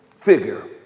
figure